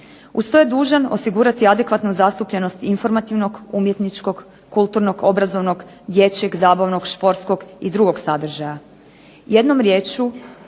Uz to je dužan osigurati adekvatnu zastupljenost informativnog, umjetničkog, kulturnog, obrazovnog, dječjeg, zabavno, sportskog i drugog sadržaja. Jednom riječju